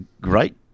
great